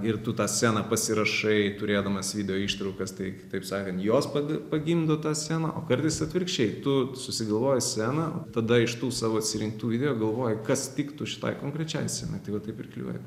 ir tu tą sceną pasirašai turėdamas video ištraukas tai kitaip sakant jos pa pagimdo tą sceną o kartais atvirkščiai tu susigalvoji sceną tada iš tų savo atsirinktų video galvoji kas tiktų šitai konkrečiai scena tai va taip ir klijuoji